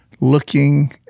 looking